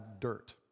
dirt